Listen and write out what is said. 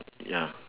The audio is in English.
ya